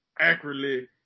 accurately